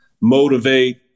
motivate